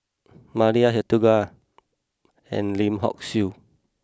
Maria Hertogh and Lim Hock Siew